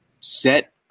set